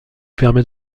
permet